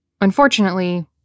Unfortunately